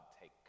take